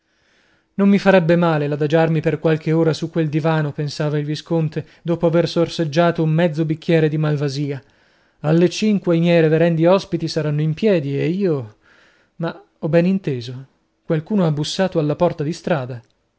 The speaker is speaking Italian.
non mi farebbe male l'adagiarmi per qualche ora su quel divano pensava il visconte dopo aver sorseggiato un mezzo bicchiere di malvasia alle cinque i miei reverendi ospiti saranno in piedi ed io ma ho ben inteso qualcuno ha bussato alla porta di strada